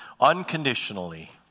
unconditionally